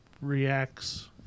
reacts